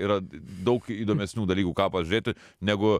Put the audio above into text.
yra daug įdomesnių dalykų ką pažiūrėti negu